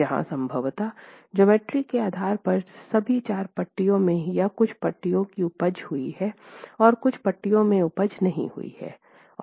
जहां संभवतः ज्योमेट्री के आधार पर सभी चार पट्टियों में या कुछ पट्टियों की उपज हुई है और कुछ पट्टियों में उपज नहीं हुई है